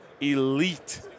elite